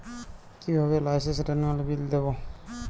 কিভাবে লাইসেন্স রেনুয়ালের বিল দেবো?